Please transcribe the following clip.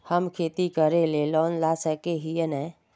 हम खेती करे ले लोन ला सके है नय?